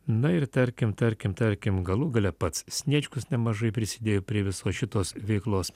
na ir tarkim tarkim tarkim galų gale pats sniečkus nemažai prisidėjo prie visos šitos veiklos